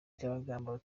byabagamba